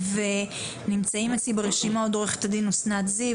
נמצאים אצלי ברשימה עו"ד אסנת זיו,